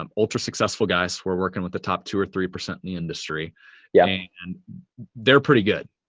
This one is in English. um ultra-successful guys, were working with the top two or three percent in the industry yeah and they're pretty good.